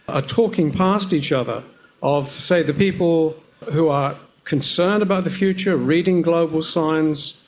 a talking past each other of, say, the people who are concerned about the future, reading global signs,